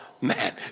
man